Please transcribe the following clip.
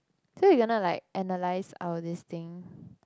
so we cannot like analyse our this thing